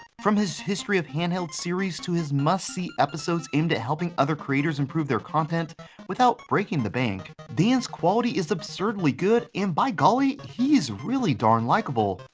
from his history of handhelds series to his must-see episodes aimed at helping other creators improve their content without breaking the bank, dan's quality is absurdly good and by golly, he's really darn likable.